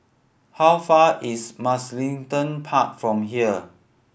how far is Mugliston Park from here